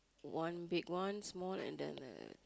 one big one small and the